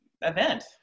event